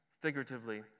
figuratively